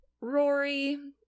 Rory